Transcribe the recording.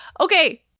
okay